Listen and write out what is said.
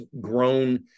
grown